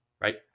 right